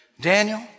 Daniel